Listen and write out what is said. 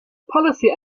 policy